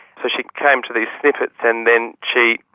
so she came to these snippets and then she,